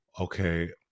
okay